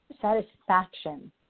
satisfaction